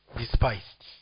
despised